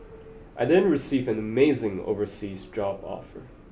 I didn't receive an amazing overseas job offer